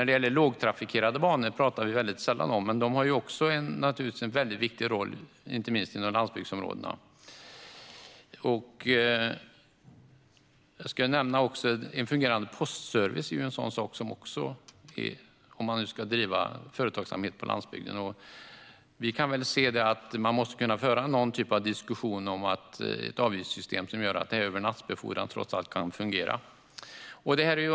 De lågtrafikerade banorna pratar vi väldigt sällan om, men de har naturligtvis också en väldigt viktig roll, inte minst inom landsbygdsområdena. Även en fungerande postservice är viktigt om man ska driva företag på landsbygden, och där måste vi kunna föra en diskussion om ett avgiftssystem som gör att övernattbefordran trots allt kan fungera.